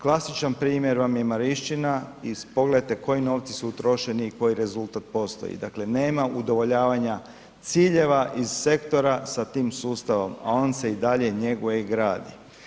Klasičan primjer vam je Marišćina i pogledajte koji novci su utrošeni i koji rezultat postoji, dakle nema udovoljavanja ciljeva iz sektora sa tim sustavom, a on se i dalje njeguje i gradi.